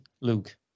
Luke